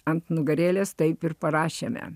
ant nugarėlės taip ir parašėme